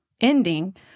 ending